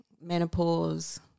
menopause